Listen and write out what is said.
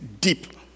deep